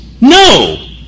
No